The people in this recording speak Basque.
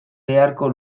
beharko